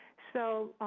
so,